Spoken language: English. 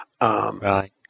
Right